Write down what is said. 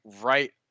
right